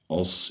...als